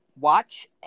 Watch